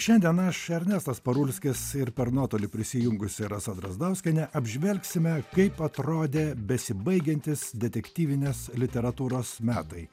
šiandien aš ernestas parulskis ir per nuotolį prisijungusi rasa drazdauskienė apžvelgsime kaip atrodė besibaigiantys detektyvinės literatūros metai